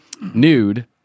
nude